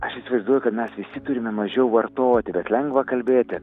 aš įsivaizduoju kad mes visi turime mažiau vartoti bet lengva kalbėti